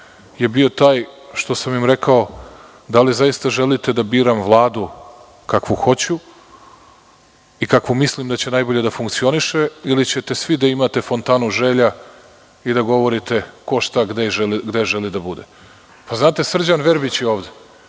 je bio taj što sam im rekao – da li zaista želite da biram Vladu kakvu hoću i kakva mislim da će najbolje da funkcioniše ili ćete svi da imate fontanu želja i da govorite ko, šta, gde želi da bude? Srđan Verbić je ovde.